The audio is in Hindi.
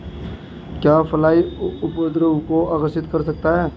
एक फ्लाई उपद्रव को आकर्षित कर सकता है?